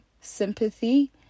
sympathy